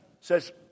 says